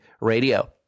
radio